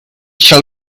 shall